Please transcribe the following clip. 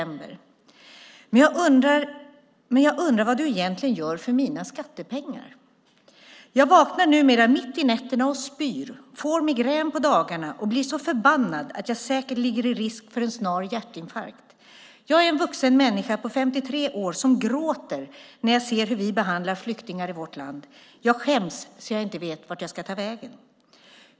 Men jag undrar vad du egentligen gör för mina skattepengar. Jag vaknar numera mitt i nätterna och spyr, får migrän på dagarna och blir så förbannad att jag säkert ligger i risk för en snar hjärtinfarkt. Jag är en vuxen människa på 53 år som gråter när jag ser hur vi behandlar flyktingar i vårt land. Jag skäms så att jag inte vet vart jag ska ta vägen.